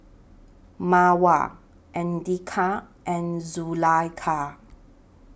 Mawar Andika and Zulaikha